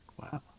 Wow